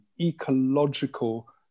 ecological